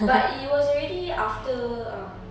but it was already after um